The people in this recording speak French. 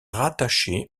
rattachée